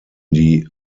die